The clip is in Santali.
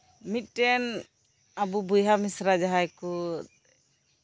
ᱢᱤᱫᱴᱮᱱ ᱟᱵᱚ ᱵᱚᱭᱦᱟ ᱢᱤᱥᱨᱟ ᱡᱟᱦᱟᱸᱭ ᱠᱚ